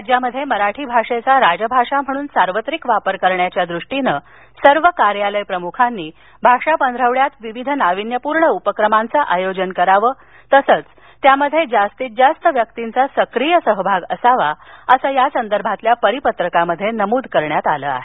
राज्यामध्ये मराठी भाषेचा राजभाषा म्हणून सार्वत्रिक वापर करण्याच्या दृष्टीने सर्व कार्यालय प्रमुखांनी भाषा पंधरवड्यात विविध नाविन्यपूर्ण उपक्रमांचं आयोजन करावं तसंच त्यामध्ये जास्तीत जास्त व्यक्तींचा सक्रीय सहभाग असावा असं या संदर्भातल्या परिपत्रकात नमूद करण्यात आलं आहे